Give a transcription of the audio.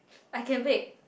I can bake